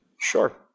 Sure